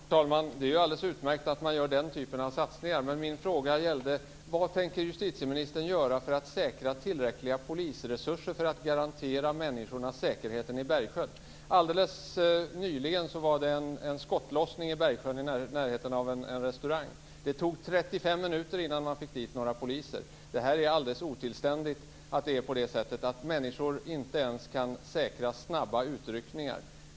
Fru talman! Det är alldeles utmärkt att man gör den typen av satsningar. Men min fråga var: Vad tänker justitieministern göra för att säkra tillräckliga polisresurser för att garantera människorna säkerhet i Alldeles nyligen var det en skottlossning i Bergsjön i närheten av en restaurang. Det tog 35 minuter innan man fick dit några poliser. Det är alldeles otillständigt att det är på det sättet att människor inte ens kan säkras snabba utryckningar.